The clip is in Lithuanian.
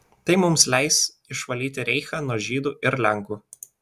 tai mums leis išvalyti reichą nuo žydų ir lenkų